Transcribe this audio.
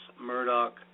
Murdoch